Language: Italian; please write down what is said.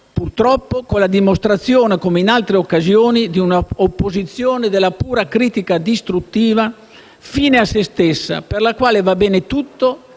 purtroppo è la dimostrazione, come in altre occasioni, di un'opposizione della pura critica distruttiva, fine a se stessa, per la quale va bene tutto